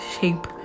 shape